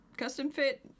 Custom-fit